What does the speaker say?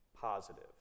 positive